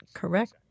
correct